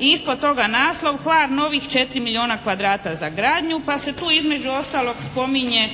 I ispod toga naslov, Hvar novih četiri milijuna kvadrata za gradnju, pa se tu između ostalog spominje